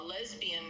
lesbian